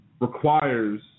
requires